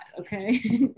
okay